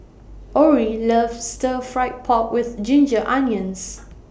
Orie loves Stir Fried Pork with Ginger Onions